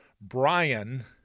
Brian